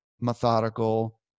methodical